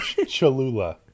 Cholula